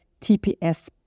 TPS